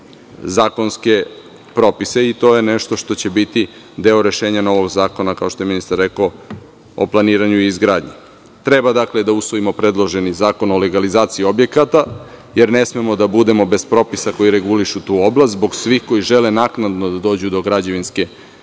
zakonske propise. To je nešto što će biti deo rešenja novog zakona, kao što je ministar rekao, o planiranju i izgradnji. Treba da usvojimo predloženi Zakon o legalizaciji objekata, jer ne smemo da budemo bez propisa koji regulišu tu oblast zbog svih koji žele naknadno da dođu do građevinske